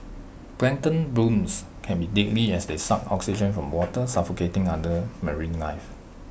plankton blooms can be deadly as they suck oxygen from water suffocating other marine life